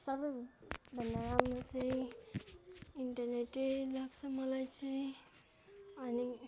सबैभन्दा राम्रो चाहिँ इन्टरनेटै लाग्छ मलाई चाहिँ अनि